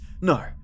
no